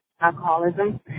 alcoholism